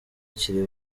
kiri